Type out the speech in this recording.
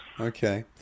Okay